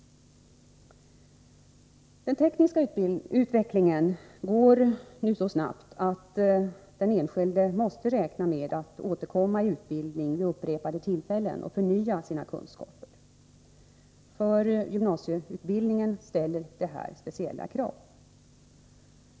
Den tekniska utvecklingen går nu så snabbt att den enskilde måste räkna med att återkomma i utbildning och vid upprepade tillfällen förnya sina kunskaper. För gymnasieutbildningen ställer detta speciella krav.